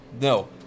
No